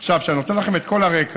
עכשיו, כשאני נותן לכם את כל הרקע,